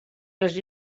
les